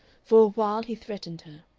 for a while he threatened her.